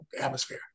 atmosphere